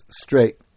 straight